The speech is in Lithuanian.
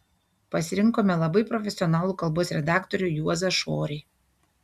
pasirinkome labai profesionalų kalbos redaktorių juozą šorį